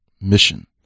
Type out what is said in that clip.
mission